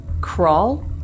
Crawl